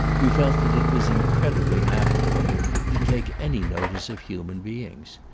you felt that it was incredibly affable of him to take any notice of human beings.